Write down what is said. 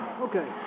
Okay